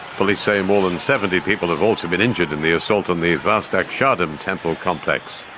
police say more than seventy people have also been injured in the assault on the vast akshardham temple complex.